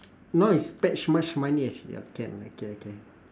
no is spe~ ~ch much money as yo~ can okay okay